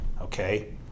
okay